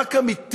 מאבק אמיתי